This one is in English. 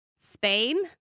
Spain